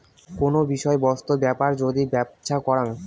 কোন বিষয় বস্তু বেপার যদি ব্যপছা করাং